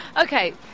Okay